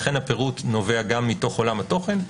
לכן הפירוט נובע גם מתוך עולם התוכן.